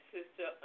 Sister